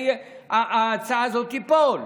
שההצעה הזאת תיפול.